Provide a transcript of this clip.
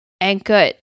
anchored